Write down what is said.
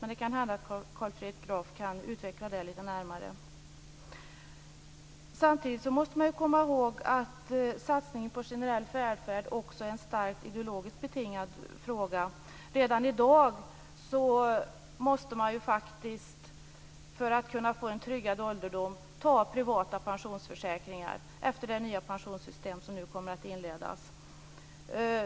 Men det kan hända att Carl Fredrik Graf kan utveckla detta lite närmare. Samtidigt måste man komma ihåg att satsningen på generell välfärd också är en starkt ideologiskt betingad fråga. Redan i dag måste man ju faktiskt, för att kunna få en tryggad ålderdom, teckna privata pensionsförsäkringar efter det nya pensionssystem som nu kommer att införas.